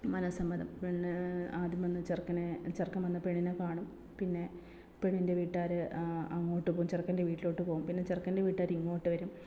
മനസ്സമ്മതം പെണ്ണ് ആദ്യം വന്ന് ചെറുക്കനെ ചെറുക്കൻ വന്ന് പെണ്ണിനെ കാണും പിന്നെ പെണ്ണിൻ്റെ വീട്ടുകാർ അങ്ങോട്ട് പോവും ചെറുക്കൻ്റെ വീട്ടിലോട്ട് പോവും പിന്നെ ചെറുക്കൻ്റെ വീട്ടുകാർ ഇങ്ങോട്ട് വരും